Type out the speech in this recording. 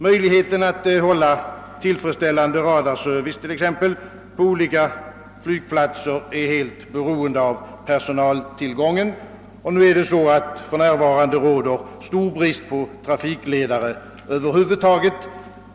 Möjligheten att t.ex. erhålla tillfredsställande radarservice på olika flygplatser är helt beroende av personaltillgången, och för närvarande råder stor brist på trafikledare över huvud taget.